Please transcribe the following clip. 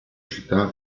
città